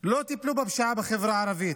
לא טיפלו בפשיעה בחברה הערבית.